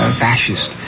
fascist